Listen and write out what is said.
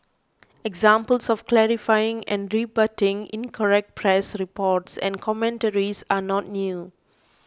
examples of clarifying and rebutting incorrect press reports and commentaries are not new